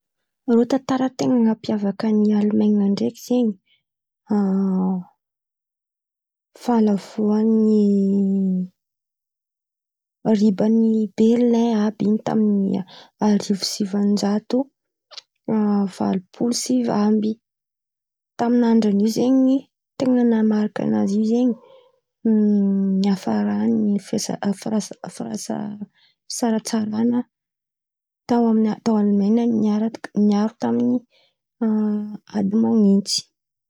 Reo alemana ndraiky azoko onoamy tantarandreô. Tamy tôno araika amby fitopolo sy valonjato sy arivo teo no eo ny zy no ho tsy diso za. Reô zen̈y tambany fahefany Sanselia Prisy Marka zey de teo zen̈y nanomboka tamy zey zen̈y fitôndrana faharoy ndreo, ia fitôndrana faharoy.